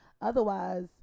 otherwise